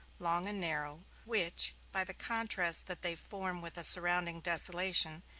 long and narrow, which, by the contrast that they form with the surrounding desolation,